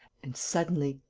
and, suddenly,